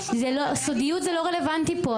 הסודיות לא רלוונטית פה,